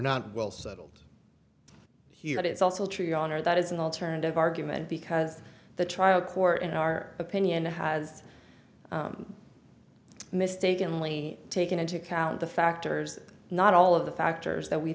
not well settled here but it's also true your honor that is an alternative argument because the trial court in our opinion has mistakenly taken into account the factors not all of the factors that we